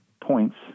points